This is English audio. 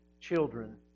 children